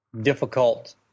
difficult